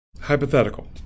Hypothetical